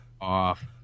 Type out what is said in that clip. Off